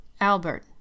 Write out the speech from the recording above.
Albert